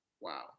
Wow